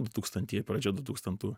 du tūkstantieji pradžia du tūkstantų